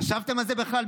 חשבתם על זה בכלל?